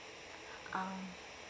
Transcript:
ah